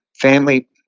Family